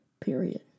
Period